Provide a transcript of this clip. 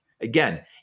Again